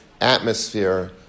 atmosphere